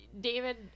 David